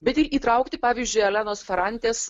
bet ir įtraukti pavyzdžiui elenos farantės